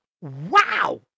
Wow